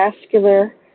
vascular